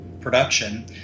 production